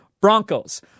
Broncos